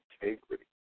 integrity